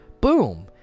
Boom